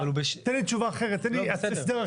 תן לי תשובה אחרת, תן לי הסדר.